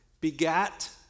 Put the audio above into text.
begat